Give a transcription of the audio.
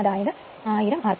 അതായത് 1000 rpm